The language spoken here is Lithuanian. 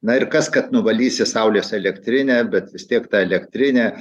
na ir kas kad nuvalysi saulės elektrinę bet vis tiek ta elektrinė